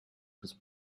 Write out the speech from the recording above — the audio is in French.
with